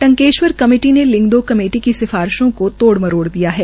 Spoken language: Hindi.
टंकेश्वर कमेटी ने लिंगदोह कमेटी की सिफारिश को तोड़ मरोड़ दिया है